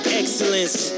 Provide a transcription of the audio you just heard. excellence